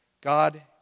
God